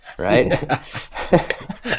Right